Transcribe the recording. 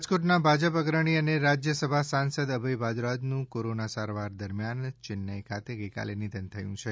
રાજકોટ ના ભાજપ અગ્રણી અને રાજ્યસભા સાંસદ અભય ભારદ્રાજ નું કોરોના સારવાર દરમ્યાન ચેન્નઈ ખાતે નિધન થયું છે